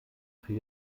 für